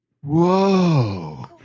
Whoa